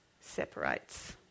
separates